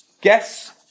guess